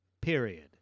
period